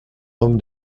homme